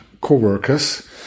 co-workers